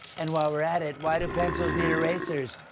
and while we're at it, why do pencils need erasers?